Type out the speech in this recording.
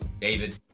David